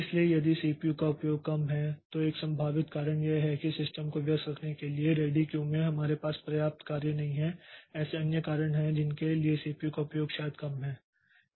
इसलिए यदि सीपीयू का उपयोग कम है तो एक संभावित कारण यह है कि सिस्टम को व्यस्त रखने के लिए रेडी क्यू में हमारे पास पर्याप्त कार्य नहीं है ऐसे अन्य कारण हैं जिनके लिए सीपीयू का उपयोग शायद कम है